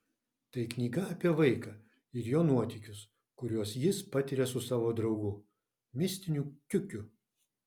tai knyga apie vaiką ir jo nuotykius kuriuos jis patiria su savo draugu mistiniu kiukiu